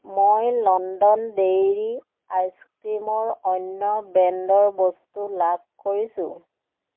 মই London dairy ice ক্ৰীমৰ অন্য ব্ৰেণ্ডৰ বস্তু লাভ কৰিছোঁ